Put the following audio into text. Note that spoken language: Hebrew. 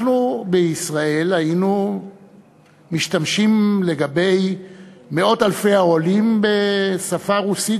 אנחנו בישראל היינו משתמשים לגבי מאות אלפי העולים בשפה הרוסית,